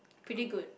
pretty good